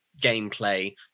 gameplay